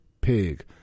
Pig